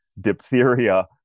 diphtheria